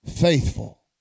faithful